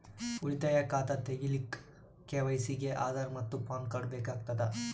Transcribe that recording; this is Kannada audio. ಉಳಿತಾಯ ಖಾತಾ ತಗಿಲಿಕ್ಕ ಕೆ.ವೈ.ಸಿ ಗೆ ಆಧಾರ್ ಮತ್ತು ಪ್ಯಾನ್ ಕಾರ್ಡ್ ಬೇಕಾಗತದ